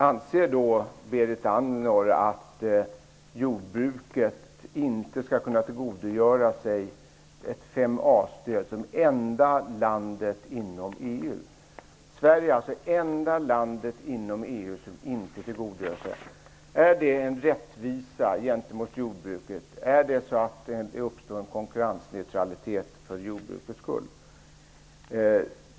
Anser Berit Andnor då att jordbruket i Sverige, som det enda landet inom EU, inte skall kunna tillgodogöra sig ett 5a-stöd? Är det en rättvisa gentemot det svenska jordbruket? Uppstår det då en konkurrensneutralitet för jordbruket?